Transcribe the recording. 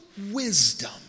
wisdom